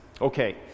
Okay